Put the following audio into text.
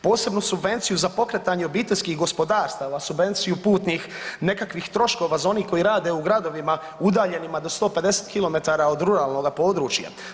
Posebnu subvenciju za pokretanje obiteljskih gospodarstava, subvenciju putnih nekakvih troškova za one koji rade u gradovima udaljenima do 150 km od ruralnoga područja.